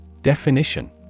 Definition